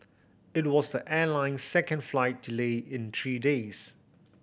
it was the airline's second flight delay in three days